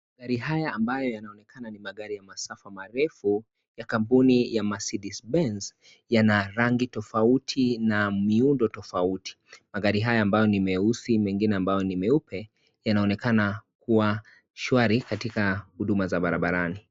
Gari haya ambayo yanaonekana ni magari ya masafa marefu ya kampuni ya Mercedes-Benz yana rangi tofauti na miundo tofauti. Magari haya ambayo ni meusi, mengine ambayo ni meupe, yanaonekana kuwa shwari hatika huduma za barabarani.